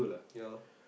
ya